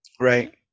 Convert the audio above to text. right